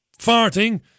farting